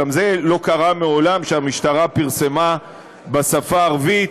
גם זה לא קרה מעולם שהמשטרה פרסמה בשפה הערבית.